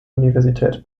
universität